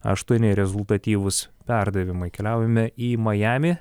aštuoni rezultatyvūs perdavimai keliaujame į majamį